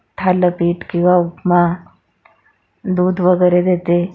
थालीपीठ किंवा उपमा दूध वगैरे देते